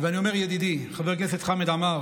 ואני אומר "ידידי" חבר הכנסת חמד עמאר